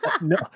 No